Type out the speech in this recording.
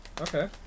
Okay